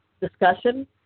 discussion